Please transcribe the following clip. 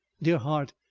dear heart!